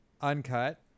uncut